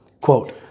Quote